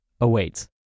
awaits